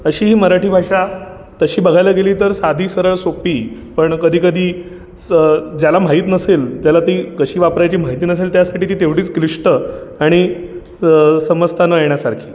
अशी ही मराठी भाषा तशी बघायला गेली तर साधी सरळ सोप्पी पण कधीकधी स ज्याला माहीत नसेल ज्याला ती कशी वापरायची माहिती नसेल त्यासाठी ती तेवढीच क्लिष्ट आणि समजता न येण्यासारखी